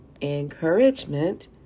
encouragement